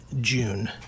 june